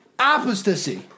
Apostasy